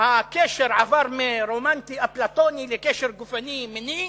הקשר עבר מרומנטי אפלטוני לקשר גופני מיני,